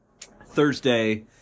Thursday